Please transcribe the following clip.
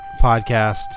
podcast